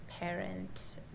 parent